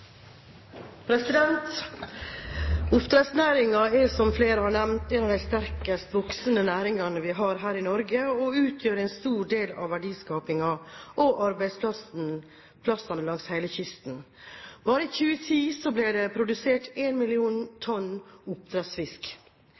er, som flere har nevnt, en av de sterkest voksende næringene vi har i Norge, og utgjør en stor del av verdiskapningen og arbeidsplassene langs hele kysten. Bare i 2010 ble det produsert 1 mill. tonn